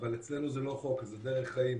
אבל אצלנו זה לא חוק, זה דרך חיים.